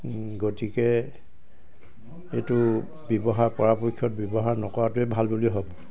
গতিকে এইটো ব্যৱহাৰ পৰাপক্ষত ব্যৱহাৰ নকৰাটোৱেই ভাল বুলি ভাবোঁ